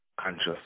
conscious